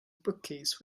bookcase